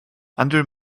under